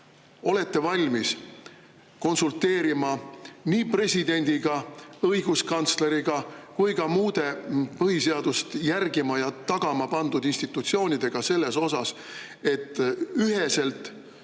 olete valmis konsulteerima nii presidendi, õiguskantsleri kui ka muude põhiseadust järgima ja tagama pandud institutsioonidega selles osas, et üheselt